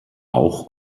auch